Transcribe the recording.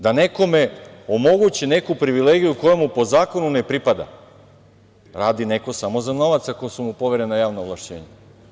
Da nekome omoguće neku privilegiju koja mu po zakonu ne pripada radi neko samo za novac ako su mu poverena javna ovlašćenja.